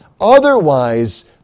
Otherwise